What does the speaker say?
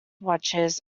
watches